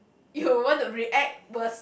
you want to react worse